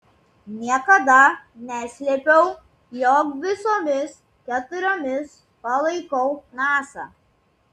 niekada neslėpiau jog visomis keturiomis palaikau nasa